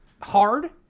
hard